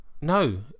No